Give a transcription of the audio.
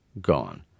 gone